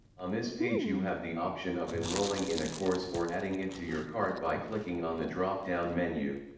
on this page you have the option of enrolling in a course or adding it to your cart by clicking on the drop down menu.